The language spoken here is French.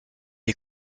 des